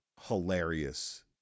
hilarious